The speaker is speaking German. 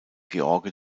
george